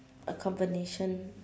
a combination